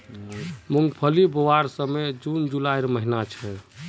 मूंगफली बोवार समय जून जुलाईर महिना छे